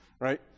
right